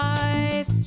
life